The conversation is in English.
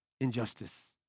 injustice